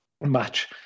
match